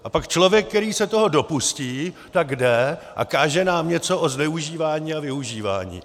A pak člověk, který se toho dopustí, jde a káže nám něco o zneužívání a využívání.